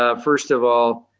ah first of all,